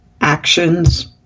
actions